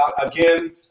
again